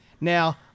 Now